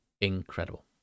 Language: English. incredible